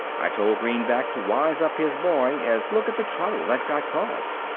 i told greenback to wise up his boy, as look at the trouble that got caused.